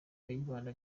kayibanda